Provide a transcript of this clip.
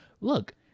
look